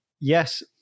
Yes